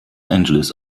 angeles